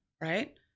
right